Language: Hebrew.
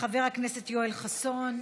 חבר הכנסת יואל חסון.